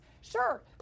sure